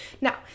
Now